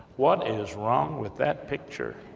what is wrong with that picture?